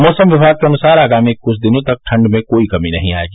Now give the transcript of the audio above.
मौसम विभाग के अनुसार आगामी कुछ दिनों तक ठंड में कोई कमी नहीं आएगी